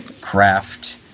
craft